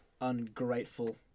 Ungrateful